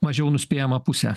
mažiau nuspėjamą pusę